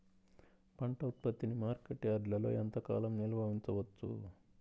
పంట ఉత్పత్తిని మార్కెట్ యార్డ్లలో ఎంతకాలం నిల్వ ఉంచవచ్చు?